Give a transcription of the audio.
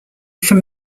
from